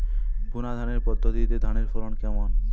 বুনাধানের পদ্ধতিতে ধানের ফলন কেমন?